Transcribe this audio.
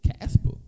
Casper